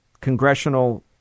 congressional